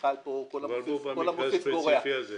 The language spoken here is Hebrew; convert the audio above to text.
כל המוסיף גורע.